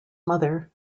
mother